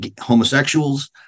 homosexuals